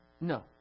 No